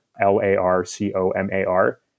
L-A-R-C-O-M-A-R